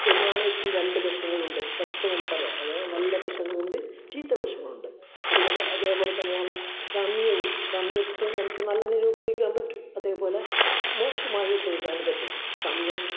ഒരു നാണയത്തിന് രണ്ട് വശങ്ങളുണ്ട് എപ്പോഴും പറയാം ഒരേ നല്ല വശങ്ങളുമുണ്ട് ചീത്ത വശങ്ങളുണ്ട് അതുകൊണ്ട് അതേപോലെ തന്നെയാണ് സമയവും സമയത്തിനെ നമുക്ക് നല്ല രീതിയിലും ഉപയോഗിക്കാൻ പറ്റും അതു പോലെ മോശമായും ഉപയോഗിക്കാനും പറ്റും സമയം